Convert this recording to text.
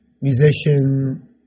musician